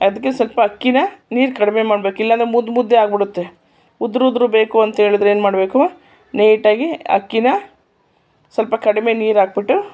ಅದಕ್ಕೆ ಸ್ವಲ್ಪ ಅಕ್ಕಿನ ನೀರು ಕಡಿಮೆ ಮಾಡಬೇಕು ಇಲ್ಲ ಅಂದರೆ ಮುದ್ದೆ ಮುದ್ದೆ ಆಗ್ಬಿಡುತ್ತೆ ಉದ್ರುದ್ರು ಬೇಕು ಅಂತ ಹೇಳಿದರೆ ಏನು ಮಾಡಬೇಕು ನೀಟಾಗಿ ಅಕ್ಕಿನ ಸ್ವಲ್ಪ ಕಡಿಮೆ ನೀರು ಹಾಕಿಬಿಟ್ಟು